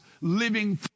living